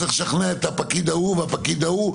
צריך לשכנע את הפקיד הזה והפקיד ההוא,